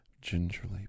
gingerly